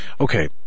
okay